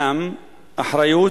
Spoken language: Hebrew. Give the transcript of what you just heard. הם אחריות,